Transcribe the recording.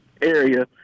area